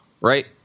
right